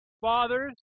Fathers